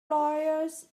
lawyers